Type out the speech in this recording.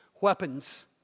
weapons